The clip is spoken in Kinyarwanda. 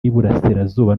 y’iburasirazuba